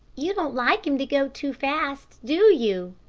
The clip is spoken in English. you don't like him to go too fast, do you?